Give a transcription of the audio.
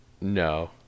no